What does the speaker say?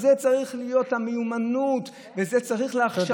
זו צריכה להיות המיומנות וצריך הכשרה.